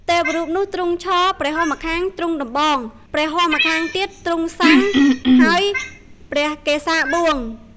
ទេវរូបនោះទ្រង់ឈរ ព្រះហស្តម្ខាងទ្រង់ដំបង ព្រះហស្តម្ខាងទៀតទ្រង់ស័ង្ខ ហើយព្រះកេសាបួង។